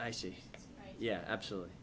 i see yeah absolutely